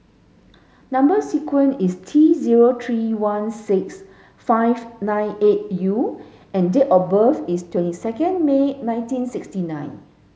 number sequence is T zero three one six five nine eight U and date of birth is twenty second May nineteen sixty nine